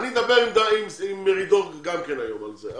אני אדבר עם מרידור גם כן היום על זה,